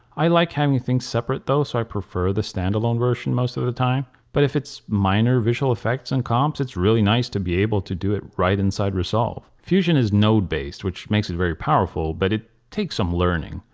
i like having things separate though so i prefer the standalone version most of the time. but if it's minor visual effects and comps it's really nice to be able to do it right inside resolve. fusion is node based which makes it very powerful but it takes some learning.